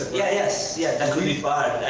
yeah yes, yeah agreed.